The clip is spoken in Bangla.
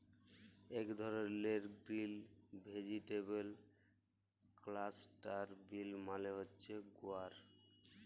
ইক ধরলের গ্রিল ভেজিটেবল ক্লাস্টার বিল মালে হছে গুয়ার